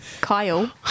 Kyle